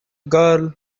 girl